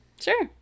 Sure